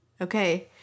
Okay